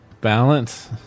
balance